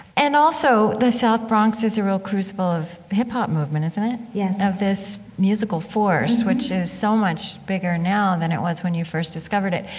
and also, the south bronx is a real crucible of hip hop movement, isn't it? yes of this musical force, which is so much bigger now than it was when you first discovered it.